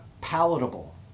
palatable